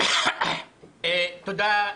תודה,